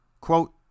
quote